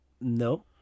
No